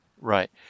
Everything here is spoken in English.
Right